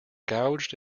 gouged